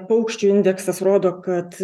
paukščių indeksas rodo kad